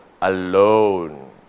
alone